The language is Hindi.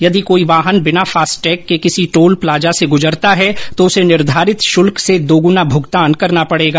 यदि कोई वाहन बिना फास्टैग के किसी टोल प्लाजा से गुजरता है तो उसे निर्धारित शुल्क से दोगुना भुगतान करना पडेगा